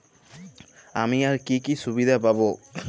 আমি আর কি কি সুবিধা পাব?